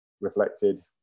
reflected